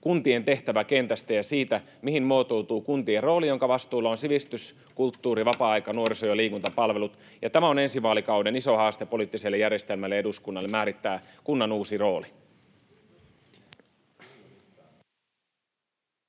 kuntien tehtäväkentästä ja siitä, mihin muotoutuu kuntien rooli, joiden vastuulla ovat sivistys-, kulttuuri-, vapaa-aika-, nuoriso- ja liikuntapalvelut. On ensi vaalikauden iso haaste poliittiselle järjestelmälle, eduskunnalle, määrittää kunnan uusi rooli.